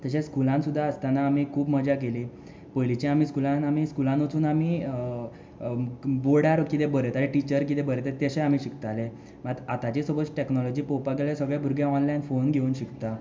तशेंच स्कुलांत सुद्दां आसतना आमी खूब मजा केली पयलींच्या आमी स्कुलांत आमी स्कुलांत वचून आमी बोर्डार कितें बरयता टिचर कितें बरयता तशें आमी शिकताले मात आतांची सपोज टेक्नोलॉजी पळोपाक गेल्या सगले भुरगे ऑनलायन फोन घेवन शिकता